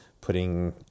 putting